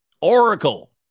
Oracle